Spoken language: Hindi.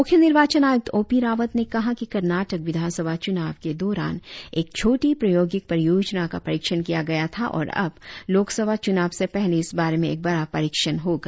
मुख्य निर्वाचन आयुक्त ओ पी रावत ने कहा कि कर्नाटक विधानसभा चुनाव के दौरान एक छोटी प्रायोगिक परियोजना का परीक्षण किया गया था और अब लोकसभा च्रनाव से पहले इस बारे में एक बड़ा परीक्षण होगा